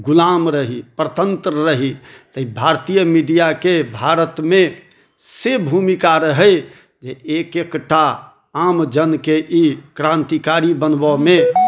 ग़ुलाम रही परतंत्र रही तऽ ई भारतीय मीडिआके भारतमे से भूमिका रहै जे एक एकटा आमजनके ई क्रांतिकारी बनबऽमे